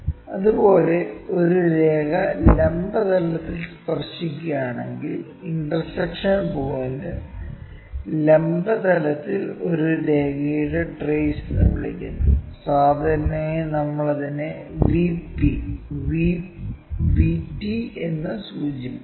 അതുപോലെ ഒരു രേഖ ലംബ തലത്തിൽ സ്പർശിക്കുകയാണെങ്കിൽ ഇന്റർസെക്ഷൻ പോയിന്റ് ലംബ തലത്തിൽ ഒരു രേഖയുടെ ട്രെയ്സ് എന്ന് വിളിക്കുന്നു സാധാരണയായി നമ്മൾ അതിനെ VP VT എന്ന് സൂചിപ്പിക്കുന്നു